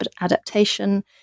adaptation